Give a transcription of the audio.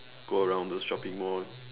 go around those shopping mall